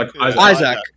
Isaac